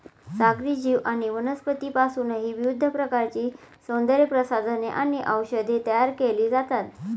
सागरी जीव आणि वनस्पतींपासूनही विविध प्रकारची सौंदर्यप्रसाधने आणि औषधे तयार केली जातात